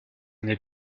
n’est